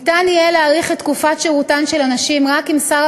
ניתן יהיה להאריך את תקופת שירותן של הנשים רק אם שר